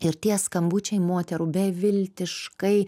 ir tie skambučiai moterų beviltiškai